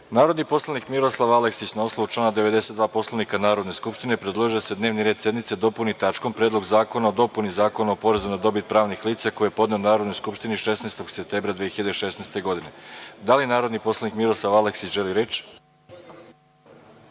predlog. Narodni poslanik Miroslav Aleksić na osnovu člana 92. Poslovnika Narodne skupštine, predložio je da se dnevni red sednice dopuni tačkom – Predlog zakona o dopuni Zakona o porezu na dobit pravnih lica, koji je podneo Narodnoj skupštini 16. septembra 2016. godine. Da li narodni poslanik Miroslav Aleksić želi reč?